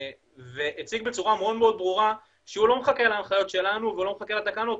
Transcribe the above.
והציג בצורה מאוד ברורה שהוא לא מחכה להנחיות שלנו ולא מחכה לתקנות,